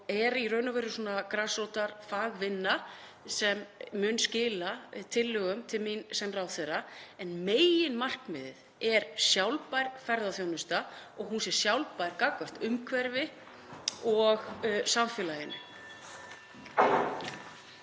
og er í raun og veru grasrótarfagvinna sem mun skila tillögum til mín sem ráðherra, en meginmarkmiðið er sjálfbær ferðaþjónusta og að hún sé sjálfbær gagnvart umhverfi og samfélaginu.